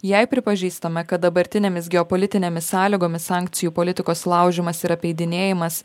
jei pripažįstame kad dabartinėmis geopolitinėmis sąlygomis sankcijų politikos laužymas ir apeidinėjimas